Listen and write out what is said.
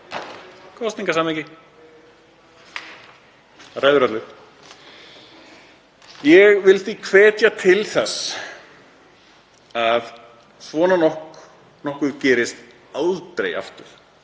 kosningasamhengi ræður öllu. Ég vil hvetja til þess að svona nokkuð gerist aldrei aftur.